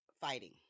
fighting